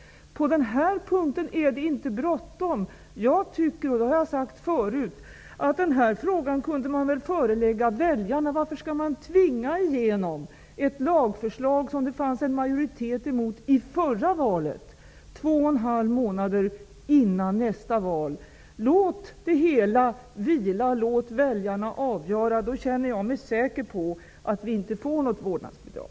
På denna punkt är det inte bråttom. Jag tycker -- och det har jag sagt förut -- att denna fråga kunde föreläggas väljarna. Varför skall man, två och en halv månad före nästa val, tvinga igenom ett lagförslag, som det fanns en majoritet emot i förra valet. Låt det hela vila. Låt väljarna avgöra. Då känner jag mig säker på att vi inte får något vårdnadsbidrag.